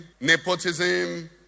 nepotism